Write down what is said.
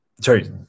sorry